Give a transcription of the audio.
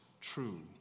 true